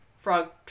frog